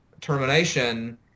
termination